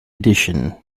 edition